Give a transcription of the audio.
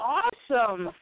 awesome